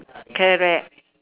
correct